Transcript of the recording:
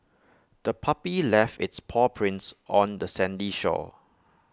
the puppy left its paw prints on the sandy shore